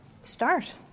start